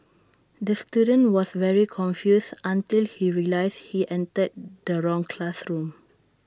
the student was very confused until he realised he entered the wrong classroom